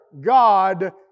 God